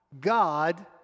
God